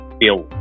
bill